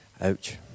Ouch